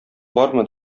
бармы